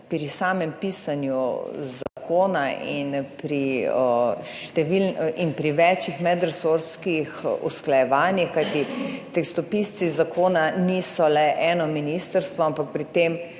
pri samem pisanju zakona in pri večih medresorskih usklajevanjih, kajti tekstopisci zakona niso le eno ministrstvo, ampak pri tem